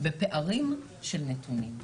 בפערים של נתונים.